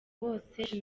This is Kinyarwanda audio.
bose